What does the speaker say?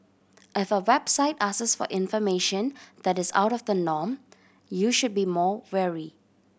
if a website asks for information that is out of the norm you should be more wary